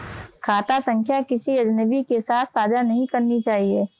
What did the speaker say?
खाता संख्या किसी अजनबी के साथ साझा नहीं करनी चाहिए